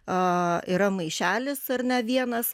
a yra maišelis ar ne vienas